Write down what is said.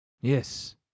Yes